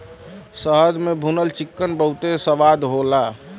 शहद में भुनल चिकन बहुते स्वाद होला